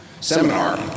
seminar